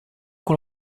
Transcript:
con